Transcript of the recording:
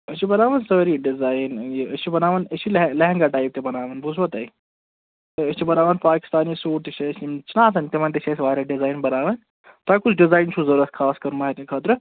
أسی چھِ بَناوان سٲری ڈیزایَن یہِ أسۍ چھِ بناوان أسۍ چھِ لیہنٛگا ٹایِپ تہِ بَناوان بوٗزوا تۅہہِ یہِ أسۍ چھِ بَناوان پاکِستانی سوٗٹ تہِ چھِ أسۍ تِم چھِناہ آسان تِمَن تہِ چھِ أسۍ واریاہ ڈیزایَن بَناوان تۅہہِ کُس ڈیزایَن چھُو ضروٗرت خاص کر مَہرنہِ خٲطرٕ